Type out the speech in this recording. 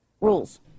rules